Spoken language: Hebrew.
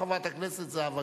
חברת הכנסת זהבה גלאון.